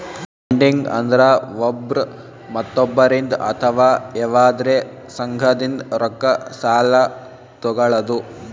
lending ಅಂದ್ರ ಒಬ್ರ್ ಮತ್ತೊಬ್ಬರಿಂದ್ ಅಥವಾ ಯವಾದ್ರೆ ಸಂಘದಿಂದ್ ರೊಕ್ಕ ಸಾಲಾ ತೊಗಳದು